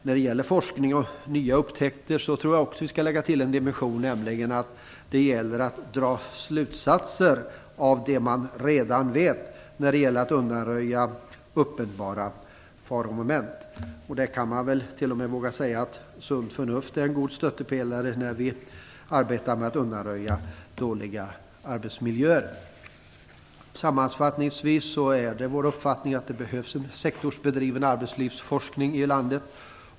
När det gäller forskning och nya upptäkter tror jag att vi skall lägga till en dimension, nämligen att det gäller att dra slutsatser av det man redan vet om att undanröja uppenbara faromoment. Man kan till och med våga säga att sunt förnuft är en god stöttepelare när vi arbetar med att undanröja dåliga arbetsmiljöer. Sammanfattningsvis är det vår uppfattning att det behövs en sektorsbedriven arbetslivsforskning i landet.